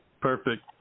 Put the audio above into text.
perfect